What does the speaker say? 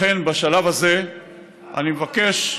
לכן, בשלב הזה אני מבקש,